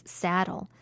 saddle